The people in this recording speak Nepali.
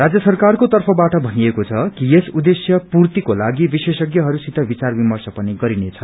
राज्य सरकार तर्फबाट भनिएको छ कि यस उद्देश्य पूर्तिको लागि विशेषज्ञहरूसित विचार विमर्श पनि गरिनेछ